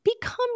become